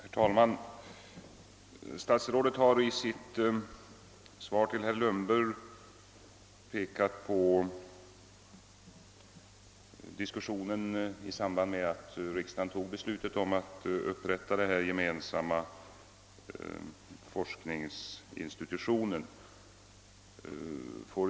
Herr talman! Statsrådet har i sitt svar till herr Lundberg pekat på diskussionen i samband med att riksdagen fattade beslutet om att upprätta denna gemensamma forskningsinstitution.